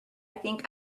think